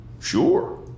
Sure